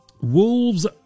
Wolves